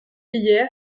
hier